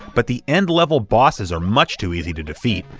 but the end-level bosses are much too easy to defeat,